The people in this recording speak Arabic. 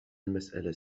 المسألة